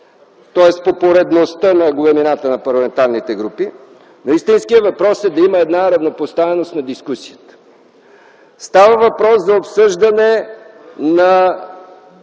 тоест по поредността на големината на парламентарните групи, но истинският въпрос е да има една равнопоставеност на дискусията. Става въпрос за обсъждане на